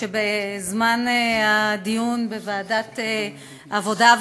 בדיון בוועדת העבודה,